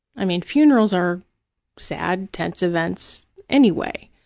i mean, funerals are sad, tense events anyway,